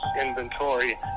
inventory